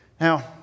Now